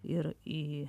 ir į